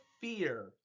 fear